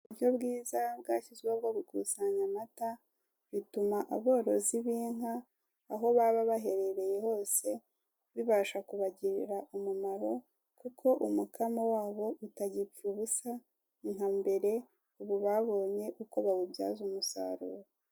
Uburyo bwiza bwashyizweho bwo gukusanya amata bituma aborozi b'inka aho baba baherereye hose bibasha kubagirira umumaro kukoo umukamo wabo utagipfa ubusa nka mbere ubu babonye uko babibyaza umusaruro.